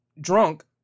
drunk